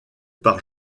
par